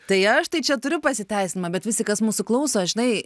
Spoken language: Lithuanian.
tai aš tai čia turiu pasiteisinimą bet visi kas mūsų klauso žinai